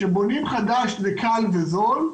כשבונים חדש, זה קל וזול.